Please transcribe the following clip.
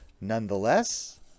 Nonetheless